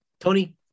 Tony